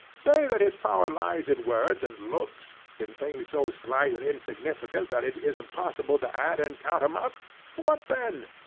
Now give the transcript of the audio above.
say that his power lies in words and looks in things so slight and insignificant that it is impossible to add and count em up what then?